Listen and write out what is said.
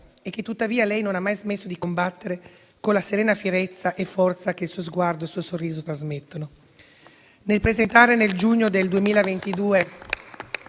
e che tuttavia lei non ha mai smesso di combattere con la serena fierezza e la forza che il suo sguardo e il suo sorriso trasmettono. Nel presentare, nel giugno del 2022,